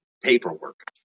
paperwork